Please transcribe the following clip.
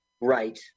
Right